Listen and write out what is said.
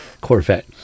Corvette